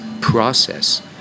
process